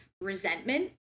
resentment